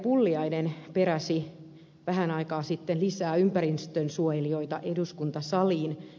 pulliainen peräsi vähän aikaa sitten lisää ympäristönsuojelijoita eduskuntasaliin